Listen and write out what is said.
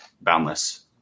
boundless